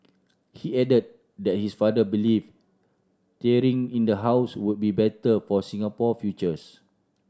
he added that his father believed tearing in the house would be better for Singapore futures